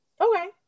okay